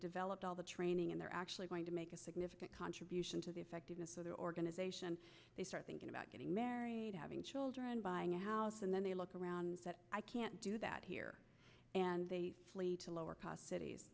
developed all the training and they're actually going to make a significant contribution to the effectiveness of their organization they start thinking about getting married having children buying a house and then they look around that i can't do that here and they flee to lower cost cities